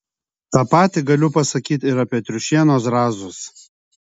tą patį galiu pasakyti ir apie triušienos zrazus